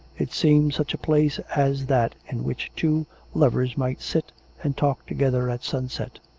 it seemed such a place as that in which two lovers might sit and talk to gether at sunset.